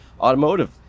automotive